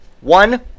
One